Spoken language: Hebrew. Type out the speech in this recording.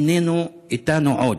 אינם איתנו עוד.